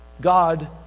God